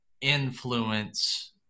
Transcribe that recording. influence